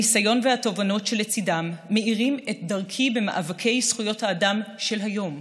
הניסיון והתובנות שלצידם מאירים את דרכי במאבקי זכויות האדם של היום,